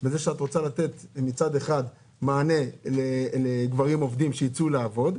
את רוצה לתת מצד אחד מענה לגברים שייצאו לעבוד,